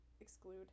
exclude